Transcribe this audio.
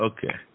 Okay